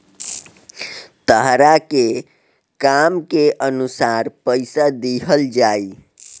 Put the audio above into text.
तहरा के काम के अनुसार पइसा दिहल जाइ